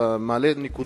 אלא מעלה נקודות.